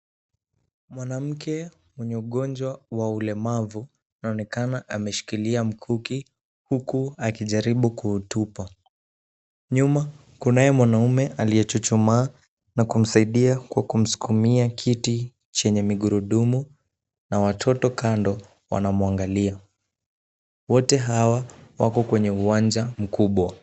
Mwanamke mwenye ugonjwa wa ulemavu anaonekana ameshikilia mkuki huku akijaribu kuutupa. Nyuma kunaye mwanaume aliyechuchumaa na kumsaidia kiti chenye migurudumu na watoto kando wanamwangalia. Wote hawa wako kwenye uwanja mkubwa.